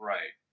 Right